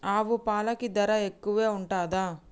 ఆవు పాలకి ధర ఎక్కువే ఉంటదా?